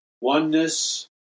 oneness